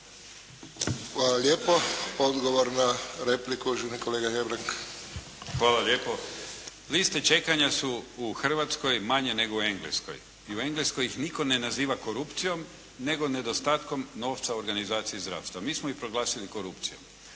Hvala lijepo. Odgovor na repliku, uvaženi kolega Hebrang. **Hebrang, Andrija (HDZ)** Hvala lijepo. Liste čekanja su u Hrvatskoj manje nego u Engleskoj i u Engleskoj ih nitko ne naziva korupcijom nego nedostatkom novca u organizaciji zdravstva, mi smo ih proglasili korupcijom.